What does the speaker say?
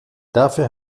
dafür